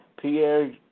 Pierre